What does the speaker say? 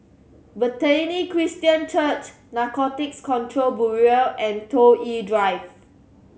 Bethany Christian Church Narcotics Control Bureau and Toh Yi Drive